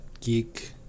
geek